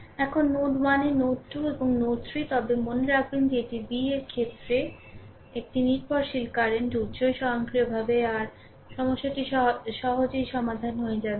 এখন নোড 1 এ নোড 2 এবং নোড 3 তবে মনে রাখবেন যে এটি v এর ক্ষেত্রে একটি নির্ভরশীল কারেন্ট উৎস স্বয়ংক্রিয়ভাবে r সমস্যাটি সহজেই সমাধান হয়ে যাবে